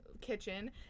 kitchen